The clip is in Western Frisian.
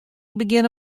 begjinne